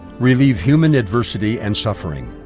relieve human adversity and suffering.